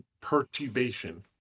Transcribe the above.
perturbation